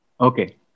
Okay